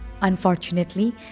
Unfortunately